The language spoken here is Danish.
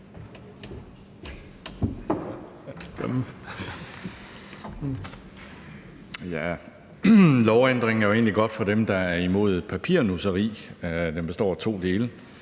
Lovændringen er egentlig god for dem, der er imod papirnusseri. Den består af to dele.